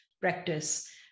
practice